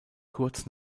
kurz